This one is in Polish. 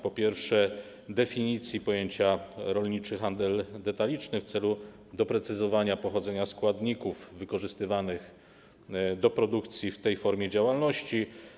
Po pierwsze, chodzi o zmianę definicji pojęcia „rolniczy handel detaliczny” w celu doprecyzowania pochodzenia składników wykorzystywanych do produkcji w tej formie działalności.